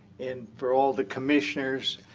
and for all the commissioners,